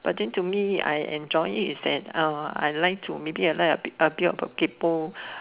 but then to me I enjoy it is that uh I like to maybe I like a bit of uh kaypoh